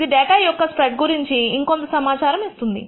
ఇది డేటా యొక్క స్ప్రెడ్ గురించి ఇంకొంత సమాచారం ఇస్తుంది